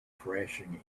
crashing